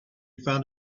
found